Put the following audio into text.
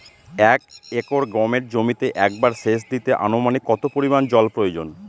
এক একর গমের জমিতে একবার শেচ দিতে অনুমানিক কত পরিমান জল প্রয়োজন?